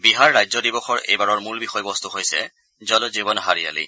বিহাৰ ৰাজ্য দিৱসৰ এইবাৰৰ মূল বিষয়বস্ত হৈছে জল জীৱন হাৰিয়ালী